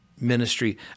ministry